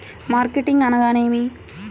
Marketing అనగానేమి?